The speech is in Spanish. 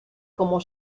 como